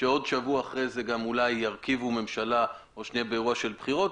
שעוד שבוע אחרי זה גם אולי ירכיבו ממשלה או שנהיה באירוע של בחירות,